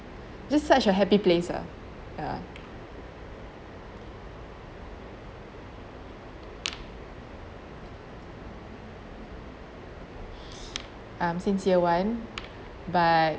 just such a happy place lah ah um since year one but